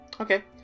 Okay